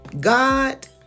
God